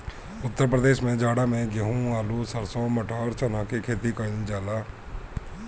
उत्तर प्रदेश में जाड़ा में गेंहू, आलू, सरसों, मटर, चना के खेती कईल जाला